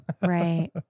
Right